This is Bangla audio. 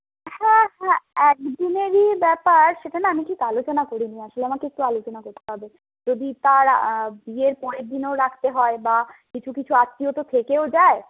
হ্যাঁ হ্যাঁ একদিনেরই ব্যাপার সেটা না আমি ঠিক আলোচনা করিনি আসলে আমাকে একটু আলোচনা করতে হবে যদি তার বিয়ের পরের দিনও রাখতে হয় বা কিছু কিছু আত্মীয় তো থেকেও যায়